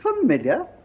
familiar